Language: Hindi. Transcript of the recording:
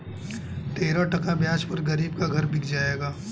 तेरह टका ब्याज पर गरीब का घर बिक जाएगा